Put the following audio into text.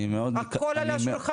הכול על השולחן?